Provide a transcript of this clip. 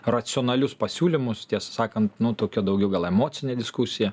racionalius pasiūlymus tiesą sakant nu tokia daugiau gal emocinė diskusija